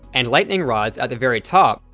and lightning rods at the very top,